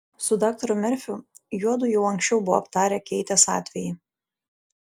su daktaru merfiu juodu jau anksčiau buvo aptarę keitės atvejį